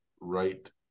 right